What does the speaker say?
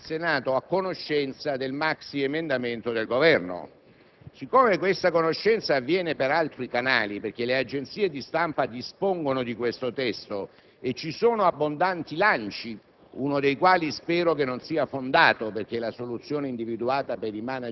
*(Ulivo)*. Il punto fondamentale adesso è quello di portare il Senato a conoscenza del maxiemendamento del Governo, dal momento che tale conoscenza avviene per altri canali, perché le agenzie di stampa dispongono di questo testo e ci sono abbondanti lanci